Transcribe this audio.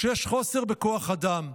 כשיש חוסר בכוח אדם,